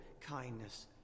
kindness